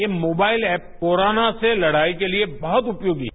ये mobile app corona से लड़ाई के लिए बहत उपयोगी है